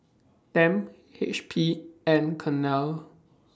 Tempt HP and Cornell